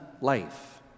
life